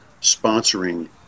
sponsoring